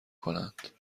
کنند